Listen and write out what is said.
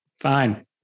fine